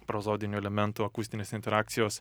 prozodinių elementų akustinės interakcijos